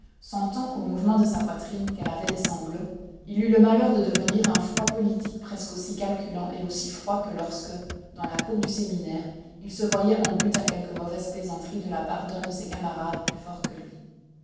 sentant au mouvement de sa poitrine qu'elle avait des sanglots il eut le malheur de devenir un froid politique presque aussi calculant et aussi froid que lorsque dans la cour du séminaire il se voyait en butte à quelque mauvaise plaisanterie de la part d'un de ses camarades plus fort que lui